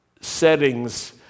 settings